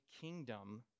kingdom